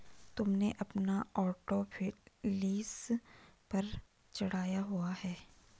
तुमने अपना auto lease पर चढ़ाया हुआ है?